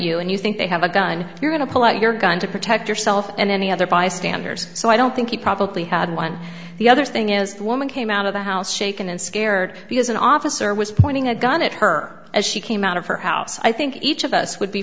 you and you think they have a gun you're going to pull out your gun to protect yourself and any other bystanders so i don't think you probably had one the other thing is the woman came out of the house shaken and scared because an officer was pointing a gun at her as she came out of her house i think each of us would be